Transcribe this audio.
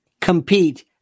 compete